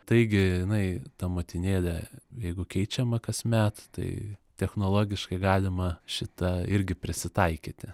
taigi jinai ta motinėlė jeigu keičiama kasmet tai technologiškai galima šitą irgi prisitaikyti